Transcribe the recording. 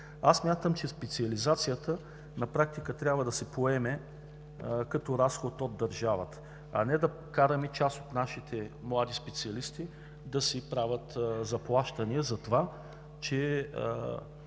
Смятам, че специализацията на практика трябва да се поеме като разход от държавата, а не да караме част от нашите млади специалисти да правят заплащания за това, че